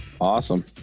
Awesome